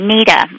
Nita